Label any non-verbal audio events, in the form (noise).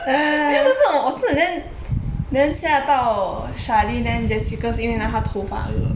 (breath)